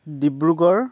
Dibrugarh